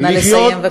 נא לסיים.